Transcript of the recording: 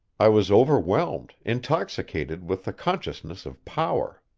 i was overwhelmed, intoxicated, with the consciousness of power.